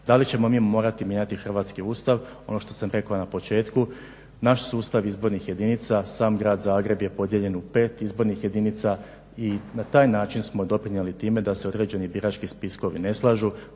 Da li ćemo mi morati mijenjati hrvatski Ustav ono što sam rekao na početku naš sustav izbornih jedinica sam grad Zagreb je podijeljen u 5 izbornih jedinica i na taj način smo doprinijeli time da se određeni birački spiskovi ne slažu,